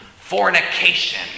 Fornication